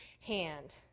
hand